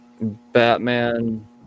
Batman